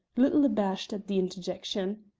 little abashed at the interjection.